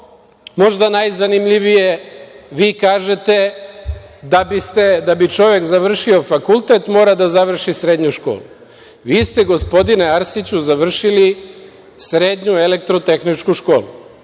možda najzanimljivije, vi kažete da bi čovek završio fakultet mora da završi srednju školu. Vi ste gospodine Arsiću završili srednju Elektrotehničku školu